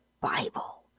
Bible